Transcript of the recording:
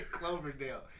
Cloverdale